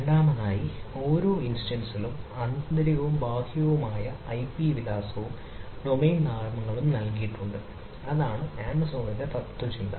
രണ്ടാമതായി ഓരോ ഇൻസ്റ്റൻസിനും ആന്തരികവും ബാഹ്യവുമായ IP വിലാസവും ഒരു ഡൊമെയ്ൻ നാമങ്ങളും നൽകിയിട്ടുണ്ട് അതാണ് ആമസോണിന്റെ തത്ത്വചിന്ത